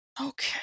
Okay